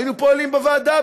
היינו פועלים בוועדה,